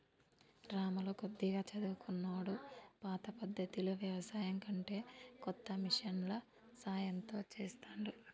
రాములు కొద్దిగా చదువుకున్నోడు పాత పద్దతిలో వ్యవసాయం కంటే కొత్తగా మిషన్ల సాయం తో చెస్తాండు